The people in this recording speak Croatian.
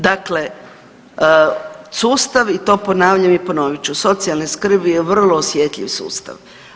Dakle, sustav i to ponavljam i ponovit ću, socijalne skrbi je vrlo osjetljiv sustav.